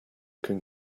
can